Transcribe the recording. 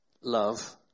Love